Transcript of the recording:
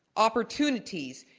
opportunities,